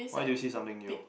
why did you see something new